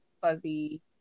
fuzzy